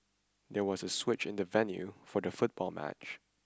there was a switch in the venue for the football match